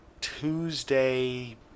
Tuesday